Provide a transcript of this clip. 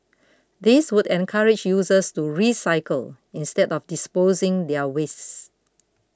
this would encourage users to recycle instead of disposing their wastes